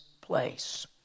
place